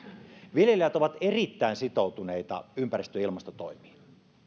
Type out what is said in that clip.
viljelijät ovat erittäin sitoutuneita ympäristö ja ilmastotoimiin